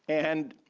and